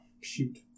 shoot